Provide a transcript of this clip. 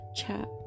chat